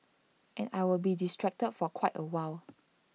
and I will be distracted for quite A while